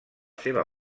seva